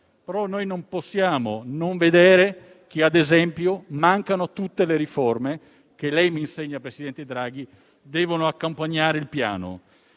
Ma non possiamo non vedere - ad esempio - che mancano tutte le riforme che - lei mi insegna, presidente Draghi - devono accompagnare il Piano.